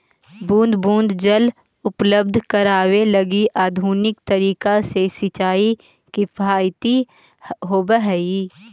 बूंद बूंद जल उपलब्ध करावे लगी आधुनिक तरीका से सिंचाई किफायती होवऽ हइ